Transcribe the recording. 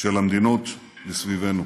של המדינות מסביבנו.